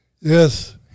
Yes